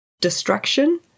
destruction